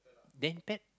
then pet